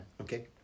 okay